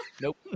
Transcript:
Nope